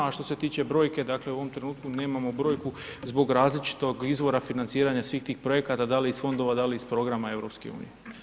A što se tiče brojke, dakle u ovom trenutku nemamo brojku zbog različitog izvora financiranja svih tih projekata da li iz fondova, da li iz programa EU.